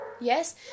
Yes